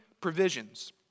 provisions